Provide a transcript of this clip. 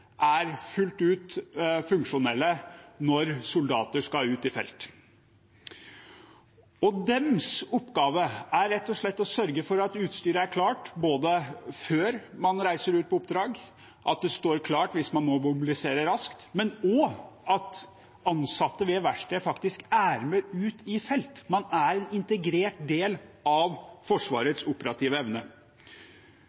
er fullt ut funksjonelle når soldater skal ut i felt. Deres oppgave er rett og slett å sørge for at utstyret er klart før man reiser ut på oppdrag, at det står klart hvis man må mobilisere raskt, men også at ansatte ved verkstedet faktisk er med ut i felt. Man er en integrert del av